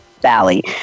Valley